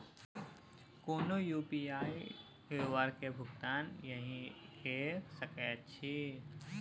कोनो UPI QR केर भुगतान एहिसँ कए सकैत छी